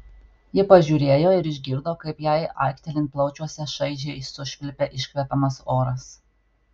ji pažiūrėjo ir išgirdo kaip jai aiktelint plaučiuose šaižiai sušvilpia iškvepiamas oras